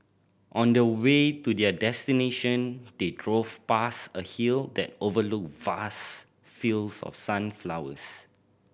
on the way to their destination they drove past a hill that overlooked vast fields of sunflowers